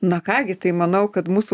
na ką gi tai manau kad mūsų